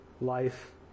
life